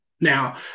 Now